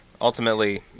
ultimately